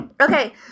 Okay